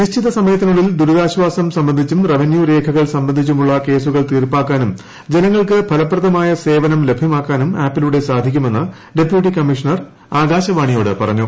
നിശ്ചിത സമയത്തിനുള്ളിൽ ദുരിതാശ്വാസം സംബന്ധിച്ചും റവന്യു ദ് രേഖകൾ സംബന്ധിച്ചുമുള്ള കേസുകൾ തീർപ്പാക്കാനും ജനങ്ങൾക്ക് ഫലപ്രദമായ സേവനം ലഭ്യമാക്കാനും ആപ്പിലൂടെ സാധിക്കുമെന്ന് ഡെപ്യൂട്ടി കമ്മീഷണർ ആകാശവാണിയോട് പറഞ്ഞു